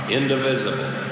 indivisible